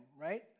right